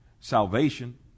salvation